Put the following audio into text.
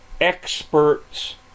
experts